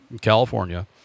California